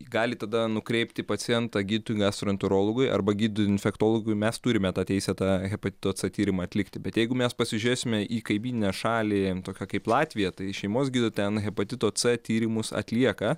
gali tada nukreipti pacientą gydytojui gastroenterologui arba gydytojui infektologui mes turime tą teisę tą hepatito c tyrimą atlikti bet jeigu mes pasižiūrėsime į kaimyninę šalį tokią kaip latviją tai šeimos gydytojai ten hepatito c tyrimus atlieka